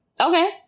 Okay